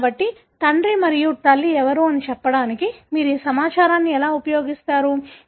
కాబట్టి తండ్రి మరియు తల్లి ఎవరు అని చెప్పడానికి మీరు ఈ సమాచారాన్ని ఎలా ఉపయోగిస్తారు